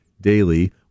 daily